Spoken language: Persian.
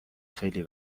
خیلی